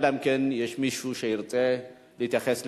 אלא אם כן יש מישהו שירצה להתייחס לעניין.